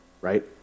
right